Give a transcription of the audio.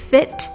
Fit